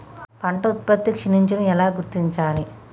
పంట ఉత్పత్తి క్షీణించడం ఎలా గుర్తించాలి?